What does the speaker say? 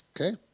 Okay